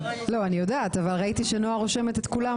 אני יודעת, אבל ראיתי שנועה רושמת את כולם